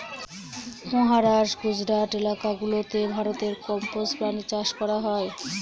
মহারাষ্ট্র, গুজরাট এলাকা গুলাতে ভারতে কম্বোজ প্রাণী চাষ করা হয়